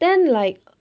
then like